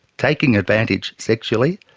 taking advantage sexually,